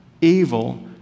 evil